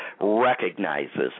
recognizes